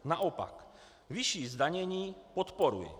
Naopak, vyšší zdanění podporuji.